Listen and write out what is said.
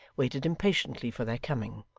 waited impatiently for their coming.